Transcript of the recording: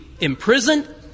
imprisoned